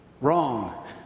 Wrong